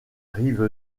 rive